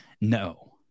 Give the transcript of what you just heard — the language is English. No